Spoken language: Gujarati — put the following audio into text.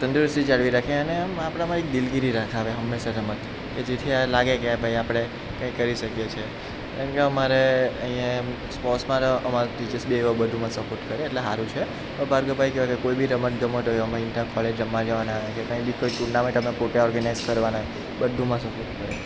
તંદુરસ્તી જાળવી રાખીએ અને એમ આપણામાં એક દિલગીરી રખાવે હંમેશા રમત કે જેથી એ લાગે કે ભાઈ આપણે કંઈ કરી શકીએ છીએ કારણ કે અમારે અહીં એમ સ્પોર્ટ્સમાં તો અમારા ટીચર્સ બી એવા બધુમાં સપોટ કરે એટલે સારૂં છે ભાર્ગવભાઈ કરે કોઈ બી રમત ગમત હોય અમે ઇન્ટર કોલેજ રમવા જવાના હોય તોય બી કોઈ ટુર્નામેંટ અમે પોતે ઓર્ગેનાઈઝ કરવાના બધુંમાં સપોર્ટ કરે